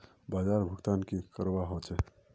बाजार भुगतान की करवा होचे?